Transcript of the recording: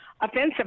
offensive